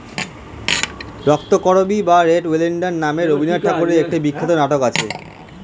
রক্তকরবী বা red oleander নামে রবিন্দ্রনাথ ঠাকুরের একটি বিখ্যাত নাটক আছে